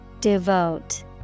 Devote